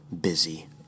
busy